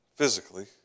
physically